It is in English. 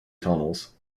tunnels